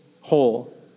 whole